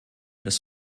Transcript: des